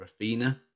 Rafina